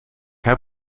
heb